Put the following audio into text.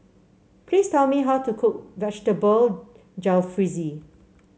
please tell me how to cook Vegetable Jalfrezi